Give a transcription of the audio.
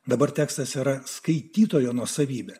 dabar tekstas yra skaitytojo nuosavybė